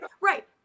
right